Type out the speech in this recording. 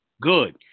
Good